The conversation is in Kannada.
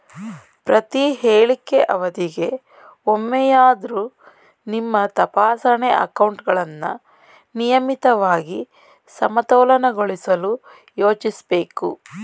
ಪ್ರತಿಹೇಳಿಕೆ ಅವಧಿಗೆ ಒಮ್ಮೆಯಾದ್ರೂ ನಿಮ್ಮ ತಪಾಸಣೆ ಅಕೌಂಟ್ಗಳನ್ನ ನಿಯಮಿತವಾಗಿ ಸಮತೋಲನಗೊಳಿಸಲು ಯೋಚಿಸ್ಬೇಕು